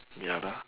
ya lah